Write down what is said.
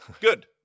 Good